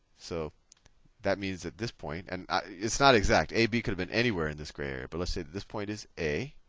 so that means that this point and it's not exact. a, b could have been anywhere in this grey area, but let's say that this point is a.